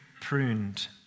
pruned